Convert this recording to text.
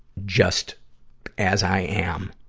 just as i am.